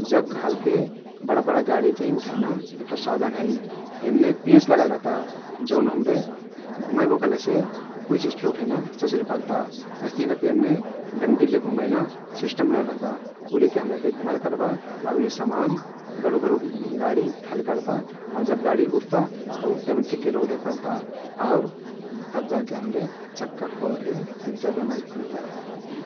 । Jack कहलके बडा बडा गाडी चाहिं उठैना एक ठो साधन हइ । यमने पेंच लागल रहता जउन हम्रे घुमैबो कहलेसे कुई चिझ फे उठैना सहजिल पर्ता । अइस्तहिं करके यमने डण्डी ले घुमैना सिस्टम मिलाइल रहता । उ लैके हम्रे घुमाइल करबा आउ यी समान गढु गढु गाडी उठइल करता आउ जब उठ्ता तउ उत्तेमे ठिक्के रोक देहेक पर्ता आउर तब जाके हम्रे चक्का खोलके पिन्चर बनबाईक पर्ता ।